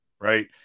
right